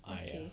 okay